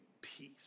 peace